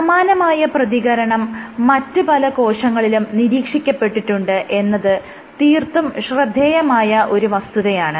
സമാനമായ പ്രതികരണം മറ്റ് പല കോശങ്ങളിലും നിരീക്ഷിക്കപ്പെട്ടിട്ടുണ്ട് എന്നത് തീർത്തും ശ്രദ്ധേയമായ ഒരു വസ്തുതയാണ്